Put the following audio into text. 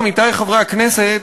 עמיתי חברי הכנסת,